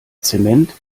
zement